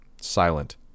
silent